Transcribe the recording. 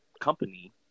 company